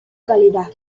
calidad